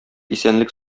исәнлек